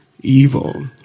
evil